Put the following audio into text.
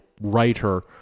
writer